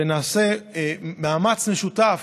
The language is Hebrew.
שנעשה מאמץ משותף,